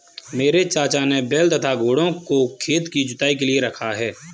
मेरे चाचा ने बैल तथा घोड़ों को खेत की जुताई के लिए रखा है